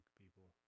people